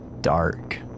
dark